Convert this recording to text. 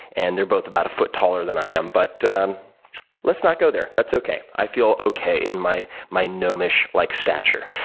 and they're both about a foot taller than i am, but let's not go there. that's okay. i feel okay in my my gnomish-like stature.